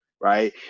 Right